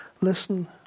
listen